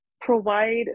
provide